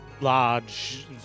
large